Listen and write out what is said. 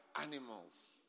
animals